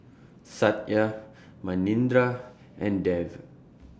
Satya Manindra and Dev